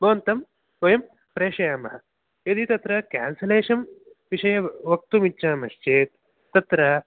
भवन्तं वयं प्रेषयामः यदि तत्र क्यान्सलेशन् विषये वक्तुम् इच्छामश्चेत् तत्र